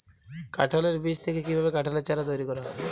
কাঁঠালের বীজ থেকে কীভাবে কাঁঠালের চারা তৈরি করা হয়?